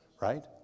right